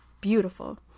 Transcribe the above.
beautiful